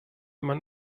man